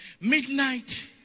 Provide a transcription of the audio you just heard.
midnight